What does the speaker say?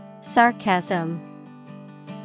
Sarcasm